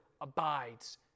abides